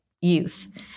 youth